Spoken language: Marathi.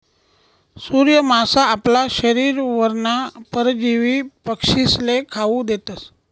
सूर्य मासा आपला शरीरवरना परजीवी पक्षीस्ले खावू देतस